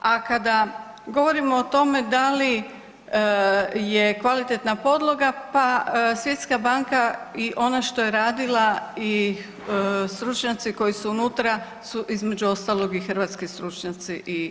A kada govorimo o tome da li je kvalitetna podloga, pa Svjetska banka i ono što je radila i stručnjaci koji su unutra, su, između ostaloga i hrvatski stručnjaci i [[Upadica: Hvala.]] znanstvenici.